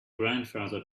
grandfather